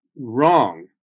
wrong